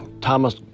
Thomas